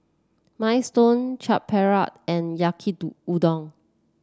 Minestrone Chaat Papri and Yaki Do Udon